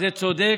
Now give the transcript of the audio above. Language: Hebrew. זה צודק.